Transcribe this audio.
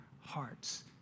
hearts